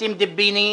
וסים דיביני,